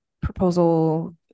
proposal